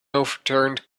overturned